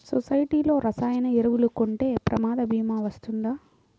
సొసైటీలో రసాయన ఎరువులు కొంటే ప్రమాద భీమా వస్తుందా?